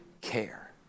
care